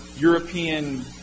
European